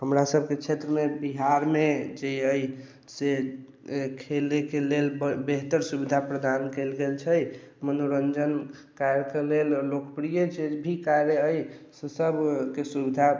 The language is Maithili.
हमरा सबके क्षेत्र मे बिहार मे जे अय से खेलय के लेल बड़ बेहतर सुविधा प्रदान कयल गेल छै मनोरंजन कार्य के लेल लोकप्रिय चीज भी कार्य अय से सब के सुविधा